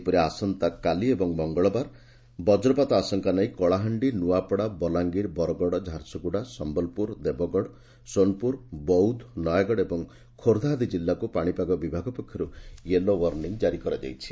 ସେହିପରି ଆସନ୍ତାକାଲି ଓ ମଙ୍ଗଳବାର ମଧ୍ଧରେ ବଜ୍ରପାତ ଆଶଙ୍କା ନେଇ କଳାହାଣ୍ଡି ନୂଆପଡ଼ା ବଲାଙ୍ଗିର ବରଗଡ଼ ଝାରସୁଗୁଡ଼ା ସମ୍ୟଲପୁର ଦେବଗଡ଼ ସୋନପୁର ବୌଦ ନୟାଗଡ଼ ଓ ଖୋର୍ବ୍ଧା ଆଦି ଜିଲ୍ଲାକୁ ପାଶିପାଗ ବିଭାଗ ପକ୍ଷର୍ ୟୋଲୋ ୱାର୍ଣିଂ ଜାରି କରାଯାଇଛି